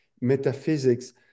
metaphysics